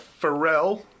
Pharrell